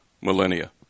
millennia